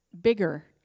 bigger